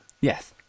yes